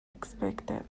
expected